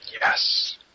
Yes